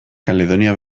kaledonia